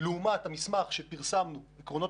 לבין המסמך שפרסמנו שנקרא "עקרונות